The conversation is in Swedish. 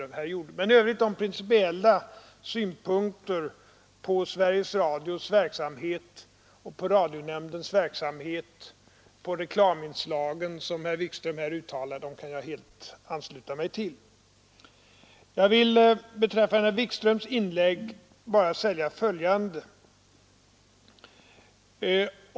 Men de principiella synpunkter på Sveriges Radios och radionämndens verksamhet samt på reklaminslagen som herr Wikström anförde kan jag helt ansluta mig till. Beträffande herr Wikströms inlägg i övrigt vill jag säga följande.